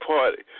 Party